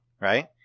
Right